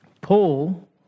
Paul